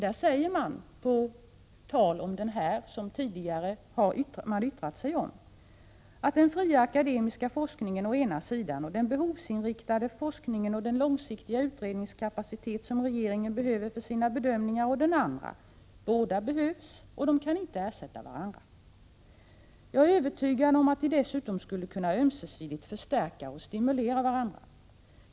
Där sägs det om den motion som man tidigare har yttrat sig om att den fria akademiska forskningen å ena sidan och den behovsinriktade forskningen och den långsiktiga utredningskapacitet som regeringen behöver för sina bedömningar å andra sidan är nödvändiga, båda två. De kan inte ersätta varandra. Jag är övertygad om att de dessutom ömsesidigt skulle kunna förstärka och stimulera varandra.